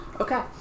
Okay